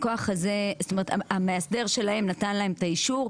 זאת אומרת שהמאסדר שלהם נתן להם את האישור,